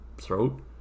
throat